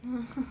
!huh!